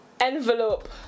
Envelope